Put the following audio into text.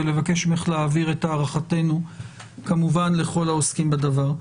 ולבקש ממך להעביר את הערכתנו כמובן לכל העוסקים בדבר.